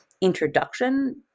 introduction